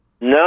No